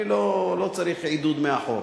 אני לא צריך עידוד מאחור.